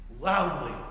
loudly